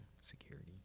security